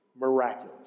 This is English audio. miraculous